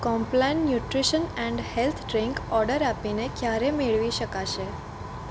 Complan nutrition and health drink order આપીને ક્યારે મેળવી શકાશે